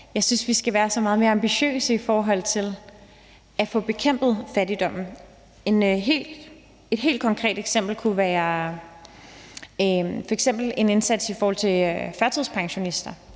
jeg synes, vi skal være så meget mere ambitiøse i forhold til at få bekæmpet fattigdommen. Et helt konkret eksempel kunne være en indsats i forhold til førtidspensionister,